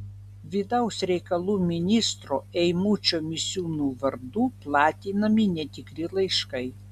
vidaus reikalų ministro eimučio misiūno vardu platinami netikri laiškai